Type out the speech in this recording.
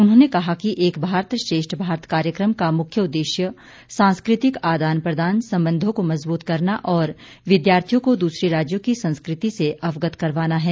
उन्होंने कहा कि एक भारत श्रेष्ठ भारत कार्यक्रम का मुख्य उद्देश्य सांस्कृतिक आदान प्रदान संबंधों को मजबूत करना और विद्यार्थियों को दूसरे राज्यों की संस्कृति से अवगत करवाना है